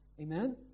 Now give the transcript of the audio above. Amen